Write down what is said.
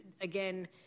again